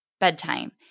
bedtime